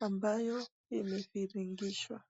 ambayo imeviringishwa.